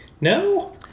No